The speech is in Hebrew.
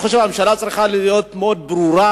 אני חושב שהממשלה צריכה להיות מאוד ברורה.